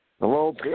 Hello